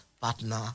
partner